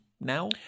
now